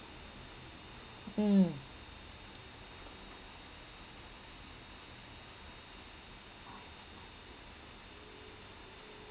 mm